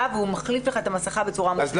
והוא מחליף לך את המסכה בצורה מושלמת.